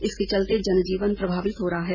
इसके चलते जनजीवन प्रभावित हो रहा है